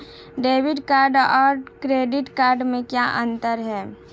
Debit card और credit card में क्या अंतर है?